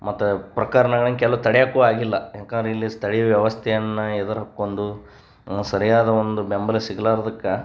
ಮತ್ತು ಪ್ರಕರ್ಣಗಳನ್ ಕೆಲವು ತಡೆಯಕ್ಕೂ ಆಗಿಲ್ಲ ಯಾಕಂದ್ರೆ ಇಲ್ಲಿ ಸ್ಥಳೀಯ ವ್ಯವಸ್ಥೆಯನ್ನು ಎದ್ರು ಹಕ್ಕೊಂಡು ಸರಿಯಾದ ಒಂದು ಬೆಂಬಲ ಸಿಗ್ಲಾರ್ದಕ್ಕೆ